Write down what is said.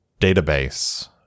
database